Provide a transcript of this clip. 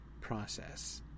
process